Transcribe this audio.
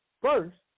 First